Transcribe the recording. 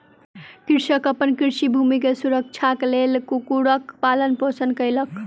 कृषक अपन कृषि भूमि के सुरक्षाक लेल कुक्कुरक पालन पोषण कयलक